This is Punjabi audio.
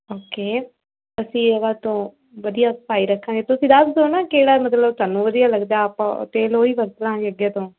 ਓਕੇ ਅਸੀਂ ਅਗਾਂਹ ਤੋਂ ਵਧੀਆ ਸਫ਼ਾਈ ਰੱਖਾਂਗੇ ਤੁਸੀਂ ਦੱਸ ਦਿਓ ਨਾ ਕਿਹੜਾ ਮਤਲਬ ਤੁਹਾਨੂੰ ਵਧੀਆ ਲੱਗਦਾ ਆਪਾਂ ਤੇਲ ਉਹ ਹੀ ਵਰਤ ਲਵਾਂਗੇ ਅੱਗੇ ਤੋਂ